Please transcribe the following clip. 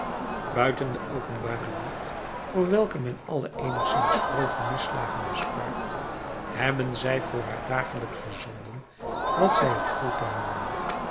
buiten de openbare biecht voor welke men alle eenigszins grove misslagen bespaart hebben zij voor haar dagelijksche zonden wat zij het culpa noemen